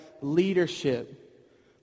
leadership